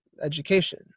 education